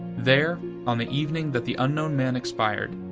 there, on the evening that the unknown man expired,